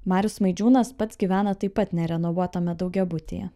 marius smaidžiūnas pats gyvena taip pat nerenovuotame daugiabutyje